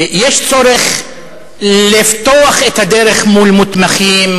יש צורך לפתוח את הדרך מול מתמחים,